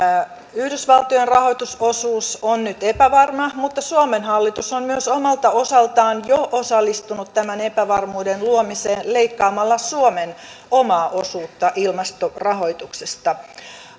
yhdysvaltojen rahoitusosuus on nyt epävarma mutta suomen hallitus on myös omalta osaltaan jo osallistunut tämän epävarmuuden luomiseen leikkaamalla suomen omaa osuutta ilmastorahoituksesta